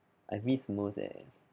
I miss most eh